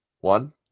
One